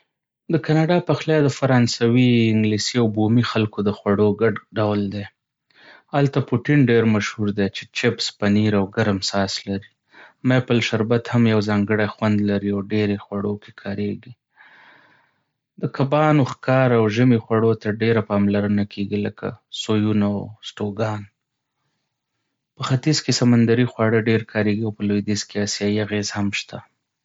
د کاناډا پخلی د فرانسوي، انګلیسي، او بومي خلکو د خوړو ګډ ډول دی. هلته پټین ډېر مشهور دی، چې چپس، پنیر، او ګرم ساس لري. میپل شربت هم یو ځانګړی خوند لري او ډېری خوړو کې کارېږي. د کبانو، ښکار، او ژمي خوړو ته ډېره پاملرنه کېږي، لکه سوپونه او سټوګان. په ختیځ کې سمندري خواړه ډېر کارېږي، او په لوېدیځ کې آسیايي اغېز هم شته.